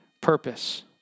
purpose